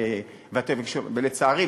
ולצערי,